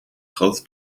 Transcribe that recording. grote